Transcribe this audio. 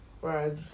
whereas